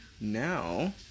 now